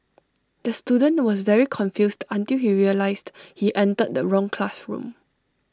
the student was very confused until he realised he entered the wrong classroom